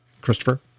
Christopher